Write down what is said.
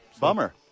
bummer